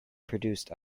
produced